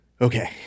Okay